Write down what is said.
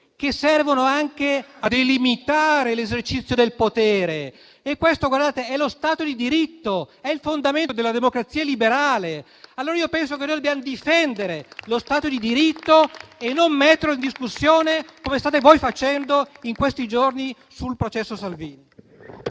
che servono anche a delimitare l'esercizio del potere? Questo è lo Stato di diritto, è il fondamento della democrazia liberale. Ritengo pertanto che noi dobbiamo difendere lo Stato di diritto e non metterlo in discussione come voi state facendo in questi giorni sul processo a Salvini.